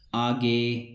आगे